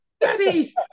Daddy